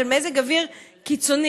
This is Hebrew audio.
מזג אוויר קיצוני.